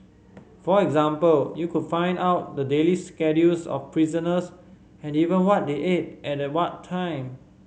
for example you could find out the daily schedules of prisoners and even what they ate at what time